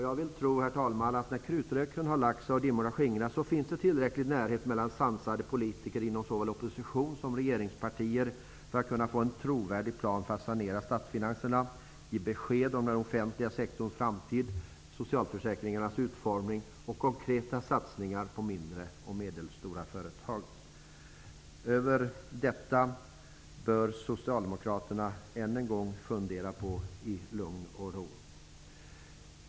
Jag vill tro, herr talman, att när krutröken har lagt sig och dimmorna skingrats finns det tillräcklig närhet mellan sansade politiker inom såväl opposition som regeringspartier för att kunna få en trovärdig plan för att sanera statsfinanserna, ge besked om den offentliga sektorns framtid, socialförsäkringarnas utformning och göra konkreta satsningar på mindre och medelstora företag. Över detta bör socialdemokraterna än en gång fundera i lugn och ro.